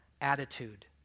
attitude